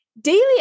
Daily